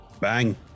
Bang